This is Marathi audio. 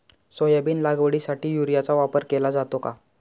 सोयाबीन लागवडीसाठी युरियाचा वापर केला जातो का?